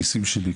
הגיסים שלי,